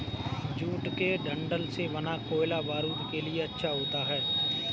jute के डंठल से बना कोयला बारूद के लिए अच्छा होता है